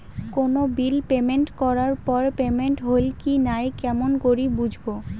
কোনো bill payment করার পর পেমেন্ট হইল কি নাই কেমন করি বুঝবো?